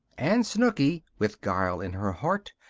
and snooky, with guile in her heart,